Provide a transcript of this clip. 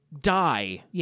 die